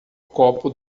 copo